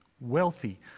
wealthy